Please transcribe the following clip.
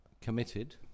committed